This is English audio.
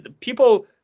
people